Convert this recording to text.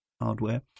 hardware